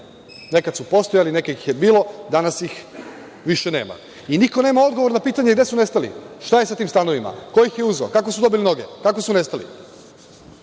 Nekad su postojali, nekad ih je bilo, danas ih više nema. Niko nema odgovor na pitanje gde su nestali, šta je sa tim stanovima, ko ih je uzeo, kako su dobili noge, kako su nestali?